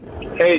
Hey